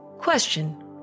Question